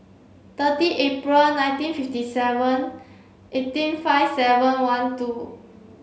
thirty April nineteen fifty seven eighteen five seven one two